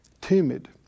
Timid